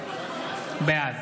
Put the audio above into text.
בעד